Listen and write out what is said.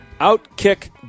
Outkick